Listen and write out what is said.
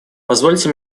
позвольте